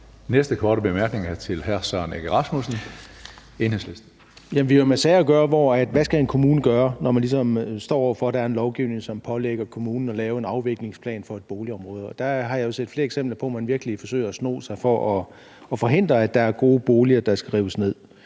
har jo med sager at gøre, hvor spørgsmålet er, hvad en kommune skal gøre, når man ligesom står over for, at der er en lovgivning, som pålægger kommunen at lave en afviklingsplan for boligområdet. Der har jeg jo set flere eksempler på at man virkelig forsøger at sno sig og forhindre, at der er gode boliger, der skal rives ned.